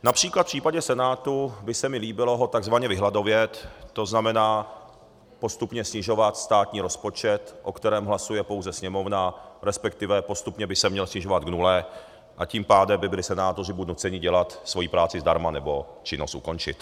Například v případě Senátu by se mi líbilo ho takzvaně vyhladovět, to znamená postupně snižovat státní rozpočet, o kterém hlasuje pouze Sněmovna, resp. postupně by se měl snižovat k nule, a tím pádem by byli senátoři buď nuceni dělat svoji práci zdarma, nebo činnost ukončit.